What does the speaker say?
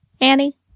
Annie